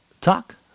talk